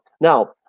Now